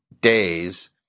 days